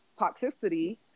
toxicity